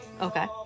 Okay